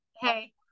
hey